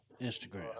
Instagram